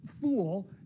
Fool